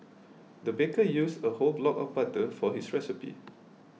the baker used a whole block of butter for his recipe